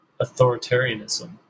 authoritarianism